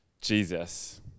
Jesus